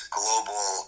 global